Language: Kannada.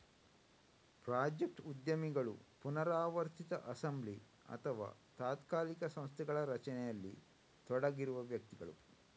ಪ್ರಾಜೆಕ್ಟ್ ಉದ್ಯಮಿಗಳು ಪುನರಾವರ್ತಿತ ಅಸೆಂಬ್ಲಿ ಅಥವಾ ತಾತ್ಕಾಲಿಕ ಸಂಸ್ಥೆಗಳ ರಚನೆಯಲ್ಲಿ ತೊಡಗಿರುವ ವ್ಯಕ್ತಿಗಳು